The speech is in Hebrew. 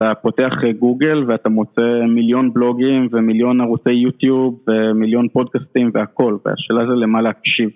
אתה פותח גוגל ואתה מוצא מיליון בלוגים ומיליון ערוצי יוטיוב ומיליון פודקסטים והכל. והשאלה זה למה להקשיב